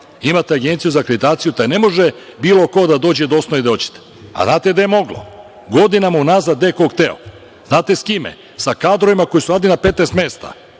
Imate Agenciju za akreditaciju, da ne može bilo ko da dođe da osnuje, a znate da je moglo. Godinama u nazad gde je ko hteo. Znate, sa kime? Sa kadrovima koji su radili na 15 mesta.